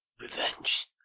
Revenge